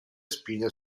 spine